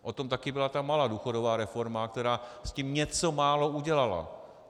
O tom také byla ta malá důchodová reforma, která s tím něco málo udělala.